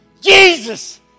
Jesus